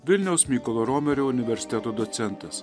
vilniaus mykolo romerio universiteto docentas